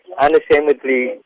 unashamedly